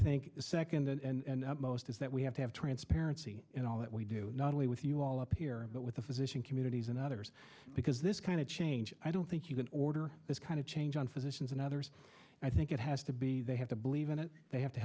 second and most is that we have to have transparency in all that we do not only with you all up here but with a physician communities and others because this kind of change i don't think you can order this kind of change on physicians and others i think it has to be they have to believe in it they have to